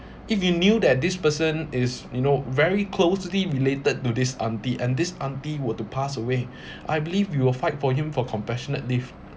if you knew that this person is you know very closely related to this auntie and this auntie were to pass away I believe you will fight for him for compassionate leave